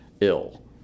ill